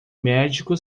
médico